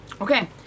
Okay